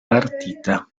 partita